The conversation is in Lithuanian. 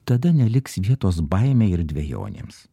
tada neliks vietos baimei ir dvejonėms